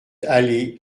allée